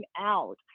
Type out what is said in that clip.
out